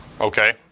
Okay